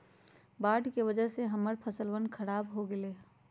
बाढ़ के वजह से हम्मर फसलवन खराब हो गई लय